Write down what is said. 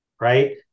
Right